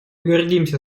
гордимся